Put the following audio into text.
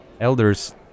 Elders